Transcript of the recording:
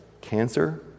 cancer